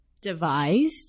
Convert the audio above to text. Devised